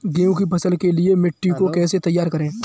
गेहूँ की फसल के लिए मिट्टी को कैसे तैयार करें?